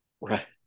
Right